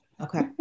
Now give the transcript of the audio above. Okay